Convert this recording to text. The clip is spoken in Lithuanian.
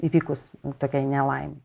įvykus tokiai nelaimei